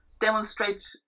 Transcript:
demonstrate